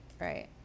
Right